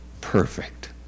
perfect